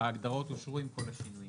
ההגדרות אושרו עם כל השינויים.